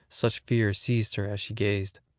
such fear seized her as she gazed.